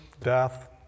death